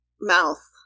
mouth